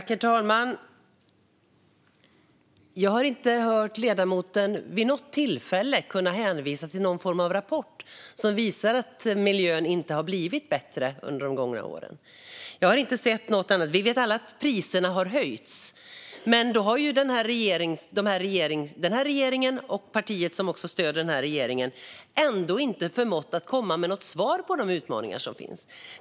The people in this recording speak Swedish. Herr talman! Jag har inte vid något tillfälle hört ledamoten hänvisa till någon rapport som visar att miljön inte har blivit bättre under de gångna åren. Jag har inte sett något annat. Vi vet alla att priserna har höjts, men den nya regeringen och det parti som stöder den har ändå inte förmått komma med något svar på de utmaningar som finns.